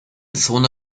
zone